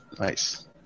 Nice